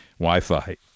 Wi-Fi